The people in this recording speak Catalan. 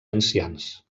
ancians